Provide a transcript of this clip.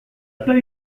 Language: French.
pas